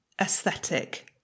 aesthetic